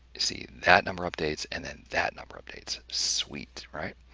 see, that number updates and then that number updates. sweet. alright?